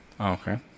Okay